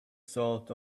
salt